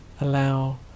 allow